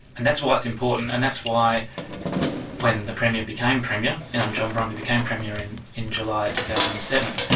and that's why it's important, and that's why when the premier became premier, when and john brumby became premier in in july two thousand and seven,